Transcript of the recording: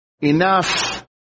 enough